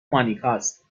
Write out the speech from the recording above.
مانیکاست